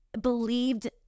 believed